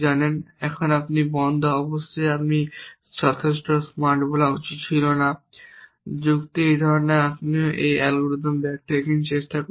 এখন যদি আপনি বন্ধ অবশ্যই আমি যথেষ্ট স্মার্ট বলা উচিত ছিল না যুক্তি এই ধরনের আপনি এখনও এই অ্যালগরিদম ব্যাকট্র্যাকিং চেষ্টা করতে পারেন